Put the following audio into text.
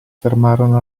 fermarono